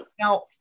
now